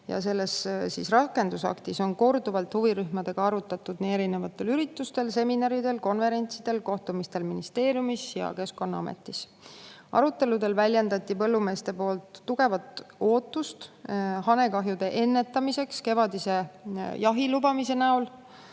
ja selles rakendusaktis on korduvalt huvirühmadega arutatud erinevatel üritustel, seminaridel, konverentsidel, kohtumistel ministeeriumis ja Keskkonnaametis. Aruteludel väljendasid põllumehed tugevat ootust, et hanekahjude ennetamiseks lubatakse kevadine jaht,